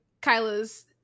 Kyla's